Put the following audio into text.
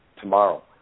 tomorrow